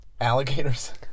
Alligators